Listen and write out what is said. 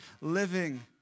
living